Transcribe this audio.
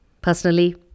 Personally